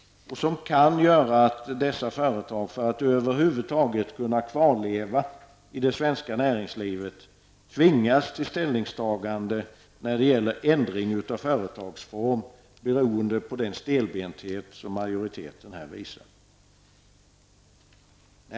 Det kan betyda att dessa företag för att över huvud taget kunna leva kvar i det svenska näringslivet tvingas till att ta ställning till ändrad företagsform -- allt beroende på den stelbenthet som majoriteten visar.